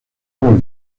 los